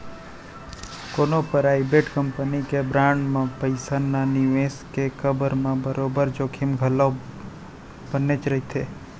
कोनो private company के bond म पइसा न निवेस के करब म बरोबर जोखिम घलौ बनेच रहिथे